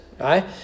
right